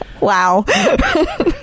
Wow